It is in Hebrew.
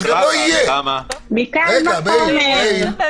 מקל וחומר.